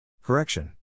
Correction